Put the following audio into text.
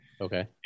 Okay